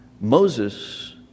Moses